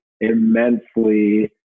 immensely